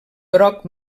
groc